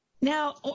Now